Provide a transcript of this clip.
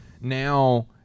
now